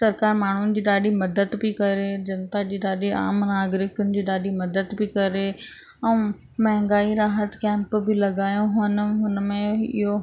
सरकारि माण्हुनि जी ॾाढी मदद बि करे जनता जी ॾाढी आम नागरिकनि जी ॾाढी मदद बि करे ऐं महांगाई राहत कैंप बि लॻायो हुअनि हुन में इहो